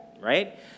right